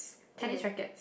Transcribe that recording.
tennis rackets